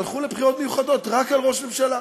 הלכו לבחירות מיוחדות רק של ראש ממשלה,